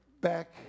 back